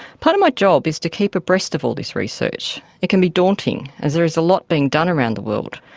part of my job is to keep abreast of all this research. it can be daunting, as there is a lot being done around the world.